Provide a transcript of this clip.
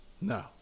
No